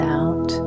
out